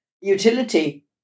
utility